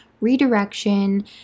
redirection